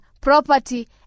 property